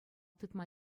тытма